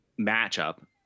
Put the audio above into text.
matchup